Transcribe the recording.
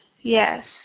Yes